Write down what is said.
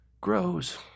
grows